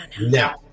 now